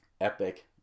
Epic